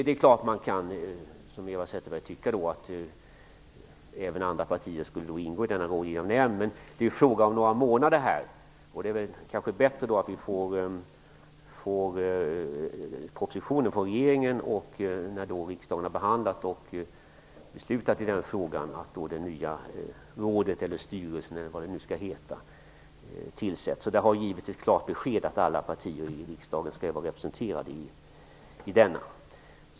Man kan, som Eva Zetterberg, tycka att även andra partier borde ingå i denna rådgivande nämnd. Men det är fråga om några månader, och det är kanske bättre att vi får propositionen från regeringen först. När riksdagen har behandlat och beslutat i den frågan kan det nya rådet eller styrelsen eller vad det nu skall heta tillsättas. Det har givits besked att alla partier i riksdagen skall vara representerade i denna.